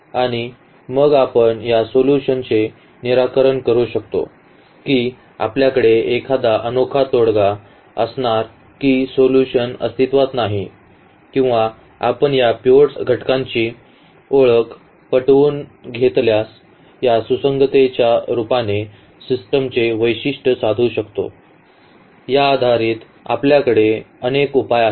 आणि मग आपण सोल्युशन चे निराकरण करू शकतो की आपल्याकडे एखादा अनोखा तोडगा असणार की सोल्यूशन अस्तित्त्वात नाही किंवा आपण या पिव्होट घटकांची ओळख पटवून घेतल्यास या सुसंगततेच्या रूपाने सिस्टमचे वैशिष्ट्य साधू शकतो यावर आधारित आपल्याकडे अनेक उपाय आहेत